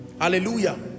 Hallelujah